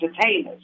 entertainers